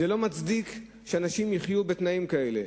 זה לא מצדיק שאנשים יחיו בתנאים כאלה.